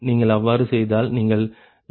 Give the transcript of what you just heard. நீங்கள் அவ்வாறு செய்தால் நீங்கள் 46